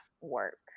work